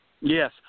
Yes